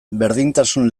berdintasun